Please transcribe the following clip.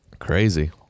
crazy